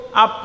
up